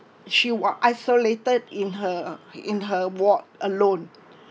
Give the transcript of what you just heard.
she were isolated in her in her ward alone